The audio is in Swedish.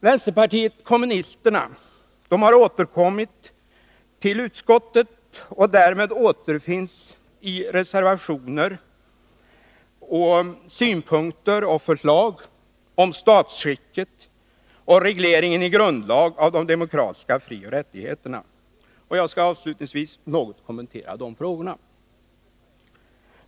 Vänsterpartiet kommunisterna har återkommit till utskottet, och därmed återfinns i reservationer från dem synpunkter på och förslag om statsskicket och regleringen i grundlag av de demokratiska frioch rättigheterna. Jag skall avslutningsvis något kommentera de frågorna.